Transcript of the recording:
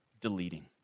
deleting